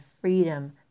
freedom